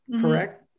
correct